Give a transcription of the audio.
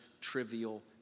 trivial